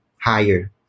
higher